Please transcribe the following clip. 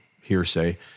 hearsay